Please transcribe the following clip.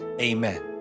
amen